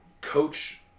coach